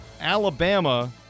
Alabama